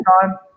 time